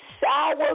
sour